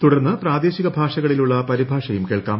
തുടർന്ന് പ്രാദേശിക ഭാഷകളിലുള്ള പരിഭാഷയും കേൾക്കാം